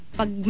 pag